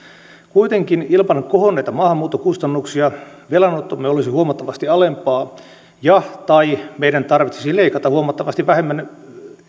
kuitenkin ilman kohonneita maahanmuuttokustannuksia velanottomme olisi huomattavasti alempaa ja tai meidän tarvitsisi leikata huomattavasti vähemmän